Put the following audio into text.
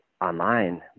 online